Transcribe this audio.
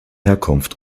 herkunft